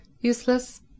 Useless